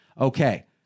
Okay